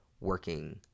working